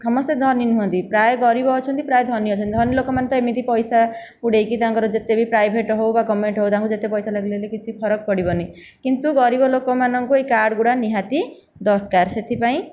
ସମସ୍ତେ ଧନୀ ନୁହଁନ୍ତି ପ୍ରାୟ ଗରିବ ଅଛନ୍ତି ପ୍ରାୟ ଧନୀ ଅଛନ୍ତି ଧନୀ ଲୋକମାନେ ତ ଏମିତି ପଇସା ଉଡ଼େଇକି ତାଙ୍କର ଯେତେ ବି ପ୍ରାଇଭେଟ ହଉ ବା ଗଭର୍ଣ୍ଣମେଣ୍ଟ ହଉ ତାଙ୍କୁ ଯେତେ ପଇସା ଲାଗିଲେ ବି କିଛି ଫରକ ପଡ଼ିବନି କିନ୍ତୁ ଗରିବ ଲୋକମାନଙ୍କୁ ଏହି କାର୍ଡ଼ ଗୁଡ଼ା ନିହାତି ଦରକାର ସେଥିପାଇଁ